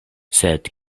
sed